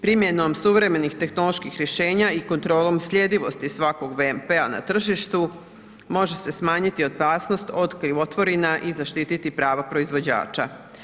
Primjenom suvremenih tehnoloških rješenja i kontrolom sljedivosti svakog VMP-a na tržištu, može se smanjiti opasnost od krivotvorina i zaštiti prava proizvođača.